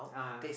ah